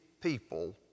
people